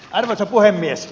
arvoisa puhemies